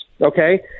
Okay